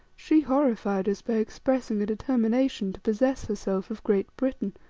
she horrified us by expressing a determination to possess herself of great britain,